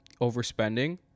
overspending